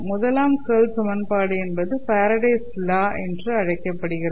முதலாம் கேர்ள் சமன்பாடு என்பது ஃபாரடேஸ் லா Faraday's Law என்று அழைக்கப்படுகிறது